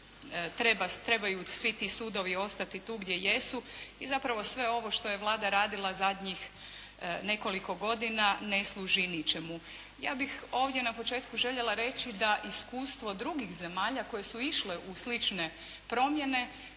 trebaju svi ti sudovi ostati tu gdje jesu i zapravo sve ovo što je Vlada radila zadnjih nekoliko godina ne služi ničemu. Ja bih ovdje na početku željela reći da iskustvo drugih zemalja koje su išle u slične promjene,